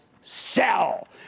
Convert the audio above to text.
sell